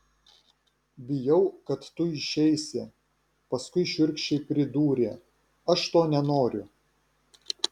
bijau kad tu išeisi paskui šiurkščiai pridūrė aš to nenoriu